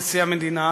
נשיא המדינה